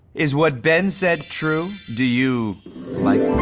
is what ben said true? do you like